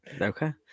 Okay